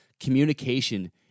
communication